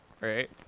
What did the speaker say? right